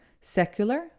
Secular